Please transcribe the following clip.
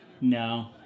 No